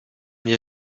wir